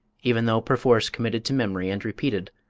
even though perforce committed to memory and repeated,